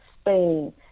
Spain